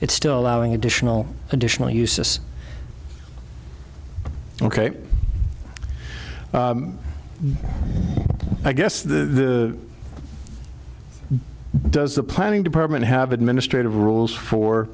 it's still allowing additional additional usis ok i guess the does the planning department have administrative rules for